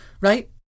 Right